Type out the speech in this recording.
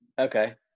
okay